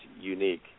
unique